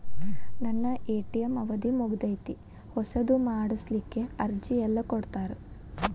ನನ್ನ ಎ.ಟಿ.ಎಂ ಅವಧಿ ಮುಗದೈತ್ರಿ ಹೊಸದು ಮಾಡಸಲಿಕ್ಕೆ ಅರ್ಜಿ ಎಲ್ಲ ಕೊಡತಾರ?